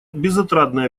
безотрадная